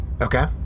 Okay